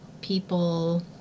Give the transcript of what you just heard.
people